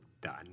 done